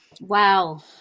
Wow